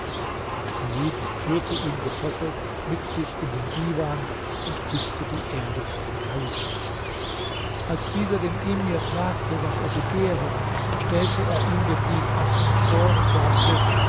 chalid führte ihn gefesselt mich sich in den divan und küßte die erde vor dem kalifen als dieser den emir fragte was er begehre stellte er ihm den dieb ahmed vor und sagte